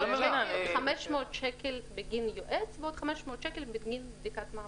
500 שקל בגין יועץ ועוד 500 שקל בגין בדיקת מעבדה.